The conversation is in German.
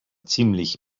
ziemlich